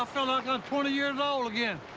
i feel like i'm twenty years old again.